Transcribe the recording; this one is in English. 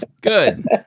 Good